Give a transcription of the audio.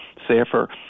safer